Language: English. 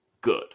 good